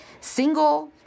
single